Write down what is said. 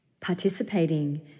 participating